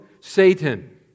Satan